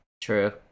True